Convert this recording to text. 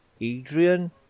Adrian